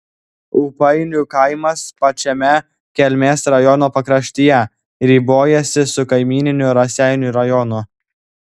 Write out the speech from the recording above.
ūpainių kaimas pačiame kelmės rajono pakraštyje ribojasi su kaimyniniu raseinių rajonu